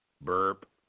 burp